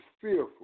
fearful